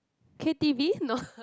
K_t_v no